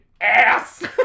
ass